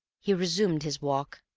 he resumed his walk,